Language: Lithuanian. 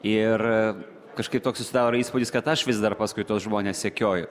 ir kažkaip toks susidaro įspūdis kad aš vis dar paskui tuos žmones sekioju